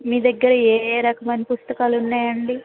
మీ దగ్గర ఏ ఏ రకమైన పుస్తకాలు ఉన్నాయండి